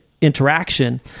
interaction